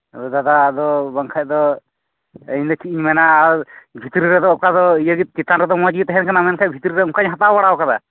ᱟᱫᱚ ᱫᱟᱫᱟ ᱟᱫᱚ ᱵᱟᱝ ᱠᱷᱟᱱ ᱫᱚ ᱤᱧ ᱫᱚ ᱪᱮᱫ ᱤᱧ ᱢᱮᱱᱟ ᱵᱷᱤᱛᱨᱤ ᱨᱮᱫᱚ ᱚᱠᱟ ᱫᱚ ᱤᱭᱟᱹ ᱫᱚ ᱪᱮᱛᱟᱱ ᱨᱮᱫᱚ ᱢᱚᱸᱡᱽ ᱜᱮ ᱛᱟᱦᱮᱱ ᱠᱟᱱᱟ ᱵᱷᱤᱛᱨᱤ ᱨᱮᱫᱚ ᱚᱱᱠᱟᱧ ᱦᱟᱛᱟᱣ ᱵᱟᱲᱟ ᱟᱠᱟᱫᱟ